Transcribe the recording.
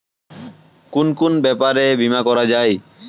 কুন কুন ব্যাপারে বীমা করা যায়?